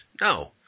No